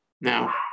now